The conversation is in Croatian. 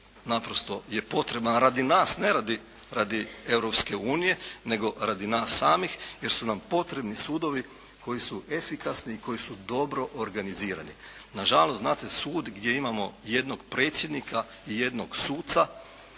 naprosto je potreban radi nas ne radi Europske unije nego radi nas samih jer su nam potrebni sudovi koji su efikasni i koji su dobro organizirani. Na žalost znate sud gdje imamo jednog predsjednika i jednog suca